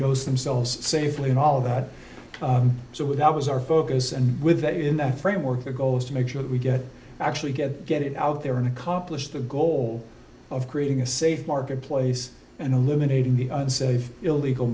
dose themselves safely and all that so without was our focus and with that in that framework the goal is to make sure that we get actually get get it out there and accomplish the goal of creating a safe marketplace and eliminating the unsafe illegal